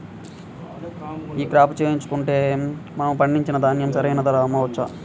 ఈ క్రాప చేయించుకుంటే మనము పండించిన ధాన్యం సరైన ధరకు అమ్మవచ్చా?